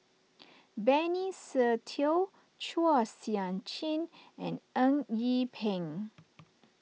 Benny Se Teo Chua Sian Chin and Eng Yee Peng